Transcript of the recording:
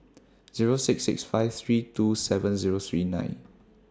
Zero six six five three two seven Zero three nine